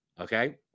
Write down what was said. Okay